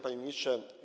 Panie Ministrze!